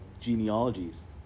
genealogies